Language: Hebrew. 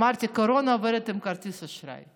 אמרתי: קורונה עובדת עם כרטיס האשראי.